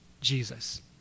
Jesus